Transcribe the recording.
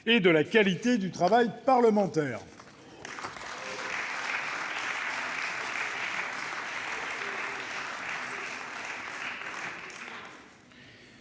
et de la qualité du travail parlementaire.